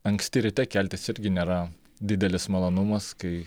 anksti ryte keltis irgi nėra didelis malonumas kai